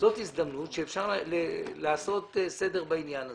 זאת הזדמנות שאפשר לעשות סדר בעניין הזה.